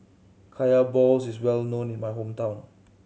Kaya balls is well known in my hometown